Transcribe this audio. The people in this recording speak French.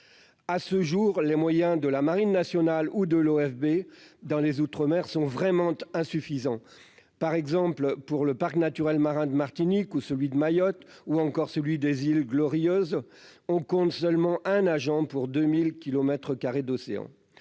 à ce jour, les moyens de la marine nationale ou de l'OFEV dans les outre-mer sont vraiment insuffisant par exemple pour le parc naturel marin de Martinique ou celui de Mayotte ou encore celui des îles Glorieuses, on compte seulement un agent pour 2000 kilomètres